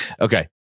Okay